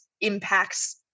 impacts